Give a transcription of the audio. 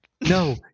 No